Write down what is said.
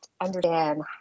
understand